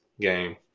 game